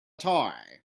toy